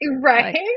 Right